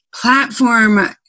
platform